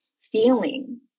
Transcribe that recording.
feeling